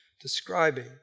describing